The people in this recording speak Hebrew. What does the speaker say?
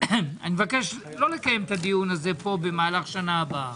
אני מבקש לא לקיים את הדיון הזה פה במהלך השנה הבאה.